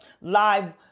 live